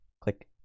click